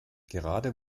gerade